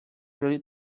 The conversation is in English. really